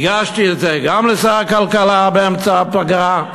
הגשתי את זה גם לשר הכלכלה באמצע הפגרה,